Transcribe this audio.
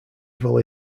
evil